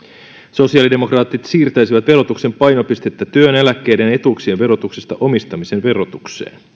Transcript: sosiaalidemokraatit siirtäisivät verotuksen painopistettä työn eläkkeiden ja etuuksien verotuksesta omistamisen verotukseen